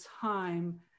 time